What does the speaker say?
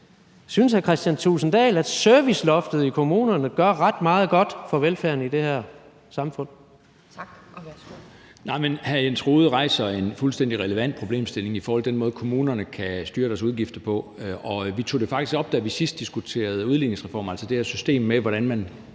(Pia Kjærsgaard): Tak, og værsgo. Kl. 11:28 Kristian Thulesen Dahl (DF): Hr. Jens Rohde rejser en fuldstændig relevant problemstilling i forhold til den måde, kommunerne kan styre deres udgifter på. Vi tog det faktisk op, da vi sidst diskuterede udligningsreform, altså det her system med, hvordan man